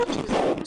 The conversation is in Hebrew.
יש בזה עלות מסוימות.